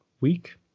week